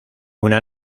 una